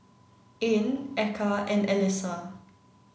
Ain Eka and Alyssa